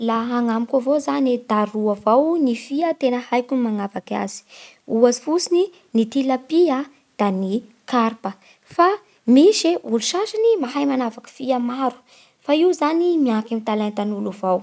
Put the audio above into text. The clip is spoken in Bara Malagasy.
Lafa agnamiko avao zany da roa avao ny fia tena haiko ny magnavaky azy ohatsy fotsiny ny tilapia da ny karpa. Fa misy olo sasany mahay manavaky fia maro. Fa io zany mianky amin'ny talentan'olo avao.